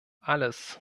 alles